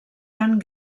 han